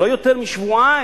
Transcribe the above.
לא יותר משבועיים.